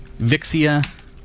Vixia